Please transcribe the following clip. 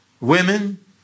women